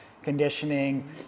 conditioning